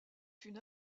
une